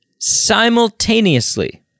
simultaneously